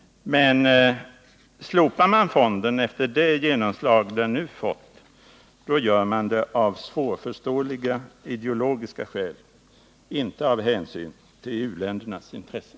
Slopar man fonden efter det genomslag den nu fått, då gör man det av några svårförståeliga ideologiska skäl — inte av hänsyn till u-ländernas intresse.